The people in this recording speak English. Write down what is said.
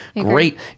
great